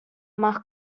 más